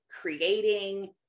creating